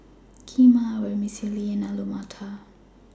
Kheema Vermicelli and Alu Matar